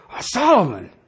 Solomon